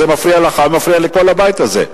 זה מפריע לך ומפריע לכל הבית הזה.